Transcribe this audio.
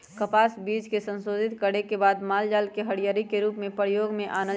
कपास बीज के संशोधित करे के बाद मालजाल के हरियरी के रूप में प्रयोग में आनल जाइ छइ